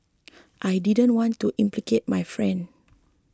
I didn't want to implicate my friend